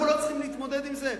אנחנו לא צריכים להתמודד עם זה?